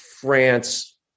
France